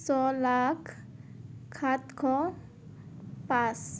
ছয় লাখ সাতশ পাঁচ